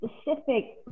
specific